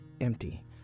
empty